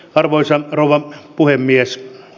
arvoisa rouva puhemies